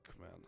man